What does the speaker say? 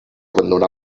abandonà